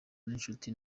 n’inshuti